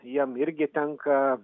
jiem irgi tenka